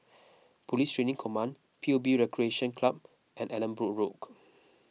Police Training Command P U B Recreation Club and Allanbrooke Road